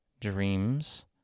dreams